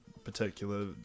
particular